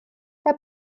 herr